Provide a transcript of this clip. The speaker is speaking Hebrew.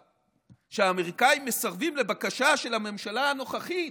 שהאמריקאים מסרבים לבקשה של הממשלה הנוכחית,